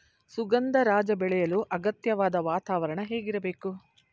ಸುಗಂಧರಾಜ ಬೆಳೆಯಲು ಅಗತ್ಯವಾದ ವಾತಾವರಣ ಹೇಗಿರಬೇಕು?